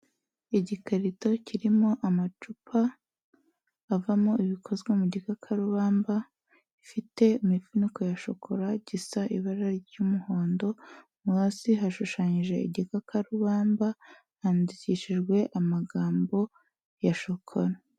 Igikarito kirimo amacupa avamo ibikozwe mu gikakarubamba, ifite imifuniko ya shokora gisa ibara ry'umuhondo, mo hasi hashushanyije igikakarubamba, handikishijwe amagambo ya shokora.